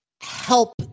help